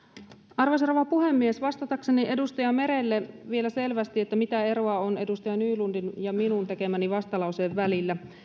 arvoisa rouva puhemies vastatakseni edustaja merelle vielä selvästi mitä eroa on edustaja nylundin ja minun tekemäni vastalauseen välillä